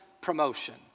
promotion